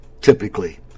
typically